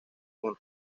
con